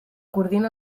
coordina